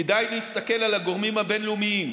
כדאי להסתכל על הגורמים הבין-לאומיים.